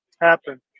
happen